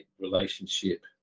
relationship